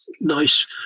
nice